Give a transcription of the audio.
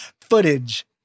footage